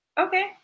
Okay